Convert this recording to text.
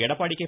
Edappadi K